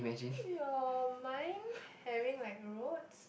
your mind having like roads